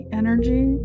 energy